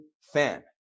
fan